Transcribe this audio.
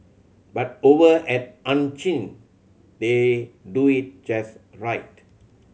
but over at Ann Chin they do it just right